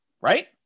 Right